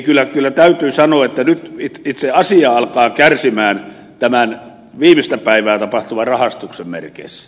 ei kyllä täytyy sanoa että nyt itse asia alkaa kärsiä tämän viimeistä päivää tapahtuvan rahastuksen merkeissä